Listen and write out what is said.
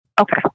Okay